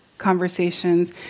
conversations